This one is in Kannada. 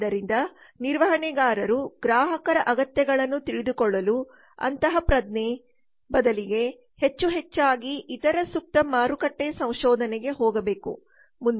ಆದ್ದರಿಂದ ನಿರ್ವಹಣೆಗಾರರು ಗ್ರಾಹಕರ ಅಗತ್ಯಗಳನ್ನು ತಿಳಿದುಕೊಳ್ಳಲು ಅಂತಃಪ್ರಜ್ಞೆ ಅಥವಾ ಕರುಳಿನ ಭಾವನೆಯ ಬದಲಿಗೆ ಹೆಚ್ಚು ಹೆಚ್ಚಾಗಿ ಇತರ ಸೂಕ್ತ ಮಾರುಕಟ್ಟೆ ಸಂಶೋಧನೆಗೆ ಹೋಗಬೇಕು